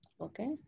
Okay